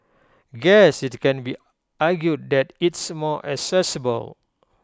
guess IT can be argued that it's more accessible